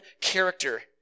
character